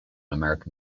american